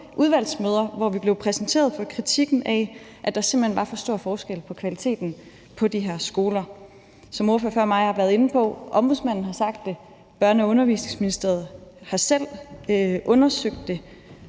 udvalgsmøder, hvor vi blev præsenteret for kritikken af, at der simpelt hen var for stor forskel på kvaliteten på de her skoler. Som ordførere før mig har været inde på, har Ombudsmanden sagt det, og Børne- og Undervisningsministeriet har selv undersøgt det.